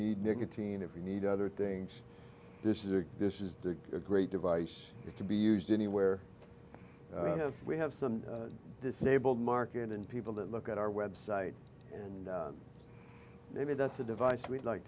need nicotine if you need other things this is a this is the great device to be used anywhere we have some disabled market in people that look at our website and maybe that's a device we'd like